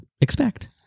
expect